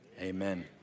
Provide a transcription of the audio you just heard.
amen